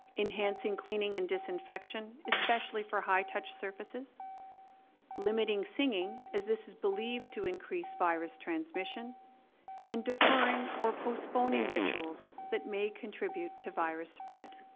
enhancing cleaning and disinfection especially for high touch surfaces limiting singing as this is believed to increase virus transmission and deferring or postponing rituals that may contribute to virus spread